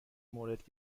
مورد